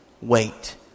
wait